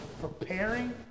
preparing